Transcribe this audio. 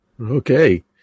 Okay